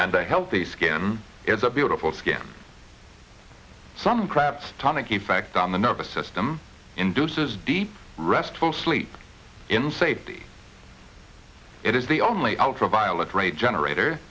and a healthy skin is a beautiful skin some crabs tonic effect on the nervous system induces deep restful sleep in safety it is the only ultraviolet rate generator